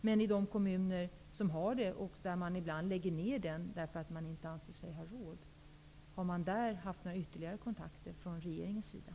Och har regeringen haft några kontakter med de kommuner som har ekonomisk rådgivning, men som ibland lägger ner den därför att de inte anser sig ha råd med den?